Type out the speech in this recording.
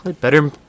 Better